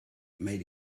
made